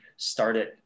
started